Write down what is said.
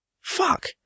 Fuck